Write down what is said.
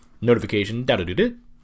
notification